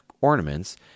ornaments